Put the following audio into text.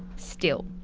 still.